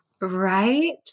Right